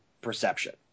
perception